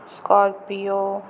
scorpio